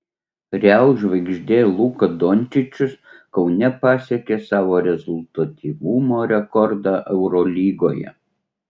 real žvaigždė luka dončičius kaune pasiekė savo rezultatyvumo rekordą eurolygoje